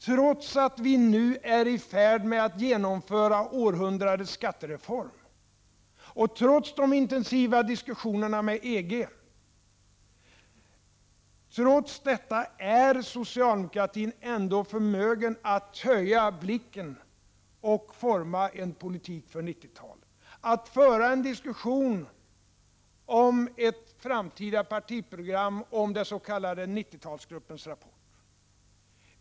Trots att vi nu är i färd med att genomföra århundradets skattereform och trots de intensiva diskussionerna med EG är socialdemokratin ändå förmögen att höja blicken och forma en politik för 90-talet, att föra en diskussion om ett framtida partiprogram och om den s.k. 90-talsgruppens rapport.